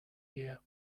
year